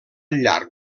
llarg